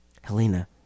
Helena